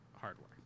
hardware